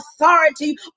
authority